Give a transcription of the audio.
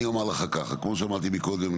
אז אני אומר לך ככה: כמו שאמרתי קודם,